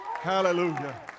Hallelujah